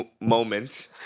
moment